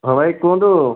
ହଁ ଭାଇ କୁହନ୍ତୁ